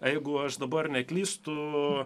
jeigu aš dabar neklystu